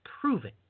proven